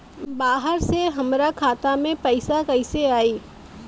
बाहर से हमरा खाता में पैसा कैसे आई?